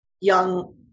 young